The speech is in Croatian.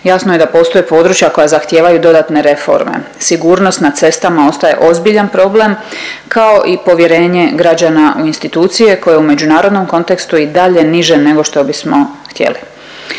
Jasno je da postoje područja koja zahtijevaju dodatne reforme. Sigurnost na cestama ostaje ozbiljan problem, kao i povjerenje građana u institucije koje je u međunarodnom kontekstu i dalje niže nego što bismo htjeli.